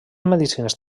medicines